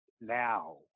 now